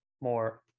more